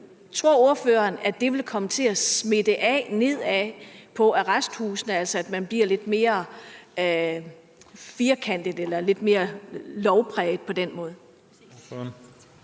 tror ordføreren at det vil komme til at smitte af nedad, altså på arresthusene, sådan at man bliver lidt mere firkantet eller lidt mere lovpræget? Kl. 19:57